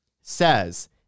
says